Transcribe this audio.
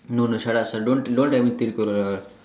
no no shut up don't don't tell me Thirukkural all